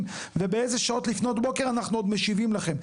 ובאיזה שעות לפנות בוקר אנחנו עוד משיבים לכם.